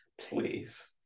Please